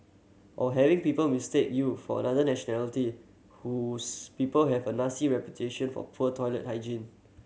or having people mistake you for another nationality whose people have a nasty reputation for poor toilet hygiene